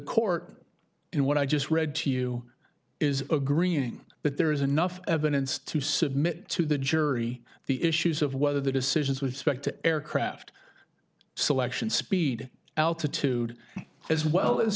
court in what i just read to you is agreeing but there is enough evidence to submit to the jury the issues of whether the decisions which affect to aircraft selection speed altitude as well as